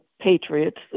Patriots